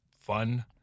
fun